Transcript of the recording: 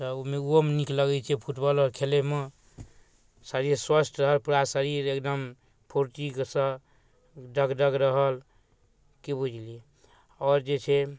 तऽ ओ मेघओमे नीक लगै छै फुटबॉल आओर खेलैमे शरीर स्वस्थ रहल पूरा शरीर एगदम फुरतीके सङ्ग डग डग रहल कि बुझलिए आओर जे छै